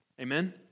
Amen